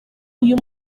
uyu